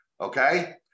okay